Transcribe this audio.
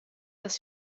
dass